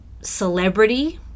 celebrity